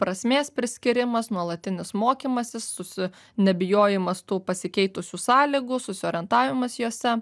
prasmės priskyrimas nuolatinis mokymasis susi nebijojimas tų pasikeitusių sąlygų susiorientavimas jose